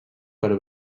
per